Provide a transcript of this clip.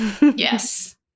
Yes